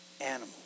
animal